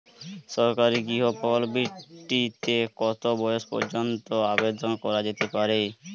সরকারি গৃহ প্রকল্পটি তে কত বয়স পর্যন্ত আবেদন করা যেতে পারে?